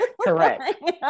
Correct